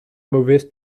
mauvaise